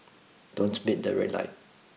don't beat that red light